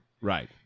Right